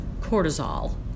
cortisol